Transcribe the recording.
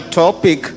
topic